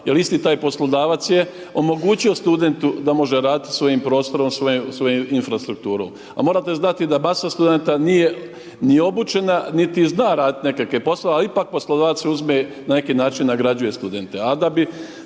jer isto taj poslodavac je omogućio studentu da može raditi svojim prostorom, svojom infrastrukturom. A morate znate da masa studenata nije ni obučena niti zna raditi nekakve poslove a ipak poslodavac ih uzme, na neki način nagrađuje studente.